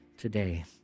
today